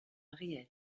ried